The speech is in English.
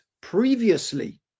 previously